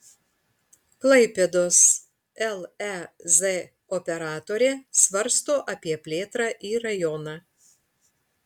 klaipėdos lez operatorė svarsto apie plėtrą į rajoną